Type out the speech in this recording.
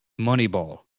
Moneyball